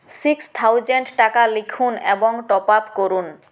six thousand টাকা লিখুন এবং টপআপ করুন